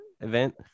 event